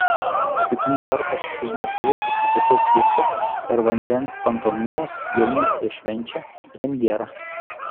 paskutinį kartą su kuznecovu susitikau cirke per vandens pantomimos jaunystė švenčia premjerą